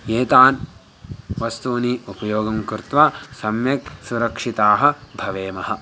एतानि वस्तूनि उपयोगं कृत्वा सम्यक् सुरक्षिताः भवेमः